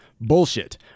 bullshit